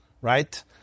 Right